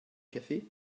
café